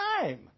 time